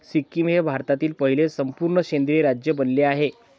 सिक्कीम हे भारतातील पहिले संपूर्ण सेंद्रिय राज्य बनले आहे